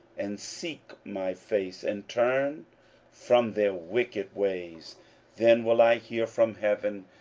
and seek my face, and turn from their wicked ways then will i hear from heaven,